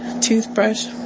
toothbrush